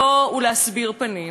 לבוא ולהסביר,